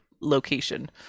location